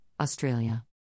Australia